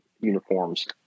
uniforms